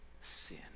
sin